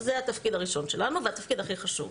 זה התפקיד הראשון שלנו והתפקיד הכי חשוב.